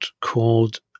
called